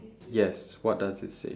yes what does it say